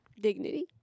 dignity